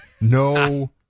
No